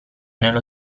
nello